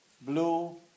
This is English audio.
blue